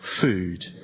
food